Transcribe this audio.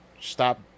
Stop